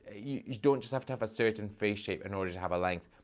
ah you don't just have to have a certain face shape in order to have a length.